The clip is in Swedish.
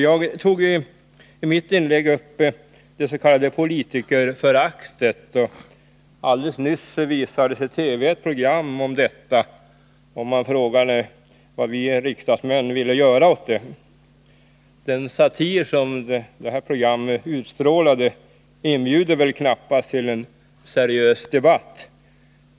Jag tog i mitt inlägg upp dets.k. politikerföraktet. Alldeles nyss visades i TV ett program om detta. Man frågade vad vi riksdagsmän ville göra åt det. Den satiriska inriktning som det här programmet hade inbjöd väl knappast till en seriös debatt.